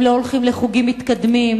הם לא הולכים לחוגים מתקדמים,